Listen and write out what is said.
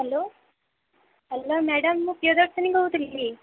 hello hello madam ମୁଁ ପ୍ରିୟଦର୍ଶିନୀ କହୁଥିଲି